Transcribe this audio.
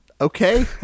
Okay